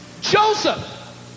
Joseph